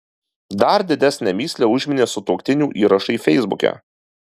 dar didesnę mįslę užminė sutuoktinių įrašai feisbuke